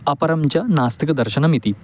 अपरं च नास्तिकदर्शनमिति